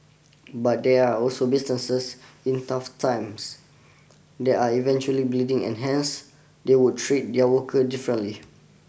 but there are also businesses in tough times that are eventually bleeding and hence they would treat their worker differently